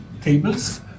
tables